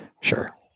Sure